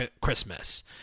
Christmas